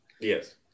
Yes